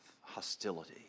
hostility